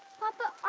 papa,